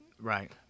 Right